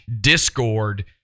discord